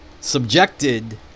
subjected